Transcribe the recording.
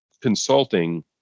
consulting